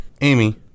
Amy